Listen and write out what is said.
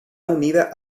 unida